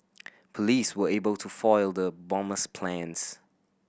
police were able to foil the bomber's plans